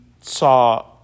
saw